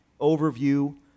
overview